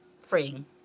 freeing